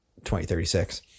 2036